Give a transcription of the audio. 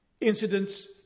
incidents